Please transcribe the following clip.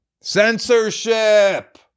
Censorship